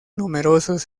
numerosos